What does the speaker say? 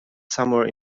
somewhere